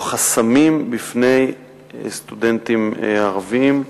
או חסמים בפני סטודנטים ערבים.